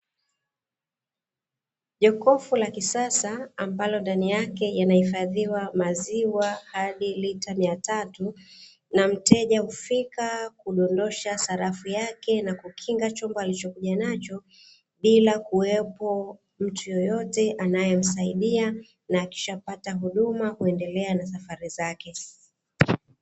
Jokofu la kisasa, ambalo ndani yake yanahifadhiwa maziwa hadi lita mia tatu, na mteja hufika hudondosha sarafu yake na kuchukua chombo alichokuja nacho, bila kuwepo mtu yeyote anayemsaidia, na akishapata huduma kuendelea na safari zake.